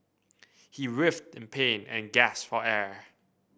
he writhed in pain and gasped for air